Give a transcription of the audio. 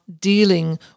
dealing